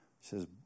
says